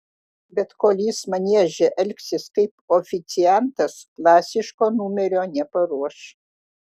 bet kol jis manieže elgsis kaip oficiantas klasiško numerio neparuoš